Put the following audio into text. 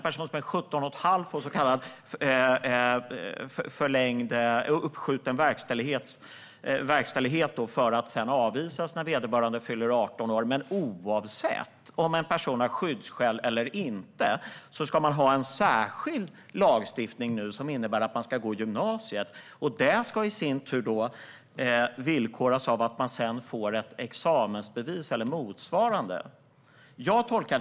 En person som är 17 1⁄2 får så kallad uppskjuten verkställighet för att sedan avvisas när vederbörande fyller 18 år. Men oavsett om en person har skyddsskäl eller inte ska man nu ha en särskild lagstiftning som innebär att man ska gå gymnasiet. Detta ska i sin tur villkoras av att man sedan får ett examensbevis eller motsvarande. Herr talman!